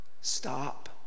stop